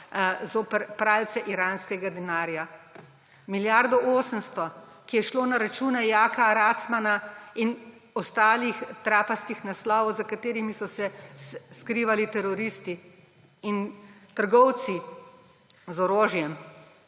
zoper pralce iranskega denarja. Milijardo 800, ki je šlo na račune Jaka Racmana in ostalih trapastih naslovov, za katerimi so se skrivali teroristi in trgovci z orožjem.